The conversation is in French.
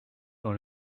dans